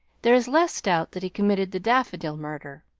there is less doubt that he committed the daffodil murder.